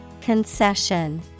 Concession